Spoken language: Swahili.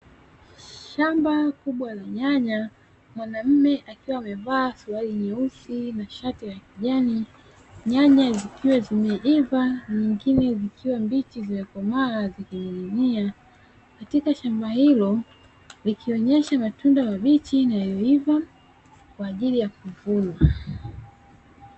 Shamba kubwa la nyanya, mwanaume akiwa amevaa suruali nyeusi na shati la kijani, nyanya zikiwa zimeiva na nyingine zikiwa mbichi za zimekomaa zimening'inia. Katika shamba hilo likionesha matunda mabichi na yaliyoiva kwa ajili ya kuvunwa.